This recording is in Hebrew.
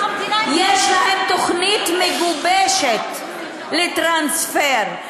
יש להם תוכנית מגובשת לטרנספר.